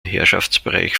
herrschaftsbereich